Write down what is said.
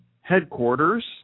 Headquarters